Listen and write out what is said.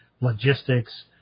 logistics